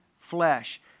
flesh